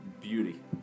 beauty